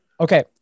Okay